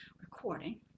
recording